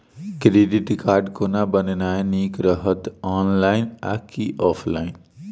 Credit card कोना बनेनाय नीक रहत? ऑनलाइन आ की ऑफलाइन?